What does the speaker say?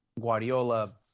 Guardiola